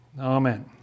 Amen